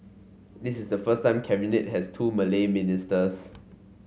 this is the first time Cabinet has two Malay ministers